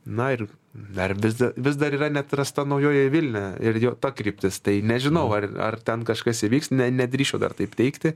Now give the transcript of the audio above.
na ir dar vis vis dar yra neatrasta naujoji vilnia ir jo ta kryptis tai nežinau ar ar ten kažkas įvyks ne nedrįsčiau dar taip teigti